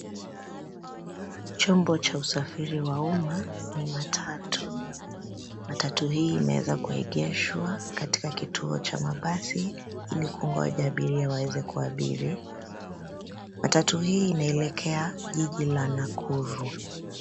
Chombo cha usafiri wa umma ni matatu, matatu hii imeweza kuegeshwa katika kituo cha mabasi ili kungoja abiria waweze kuabiri. Matatu hii inaelekea jiji la Nakuru.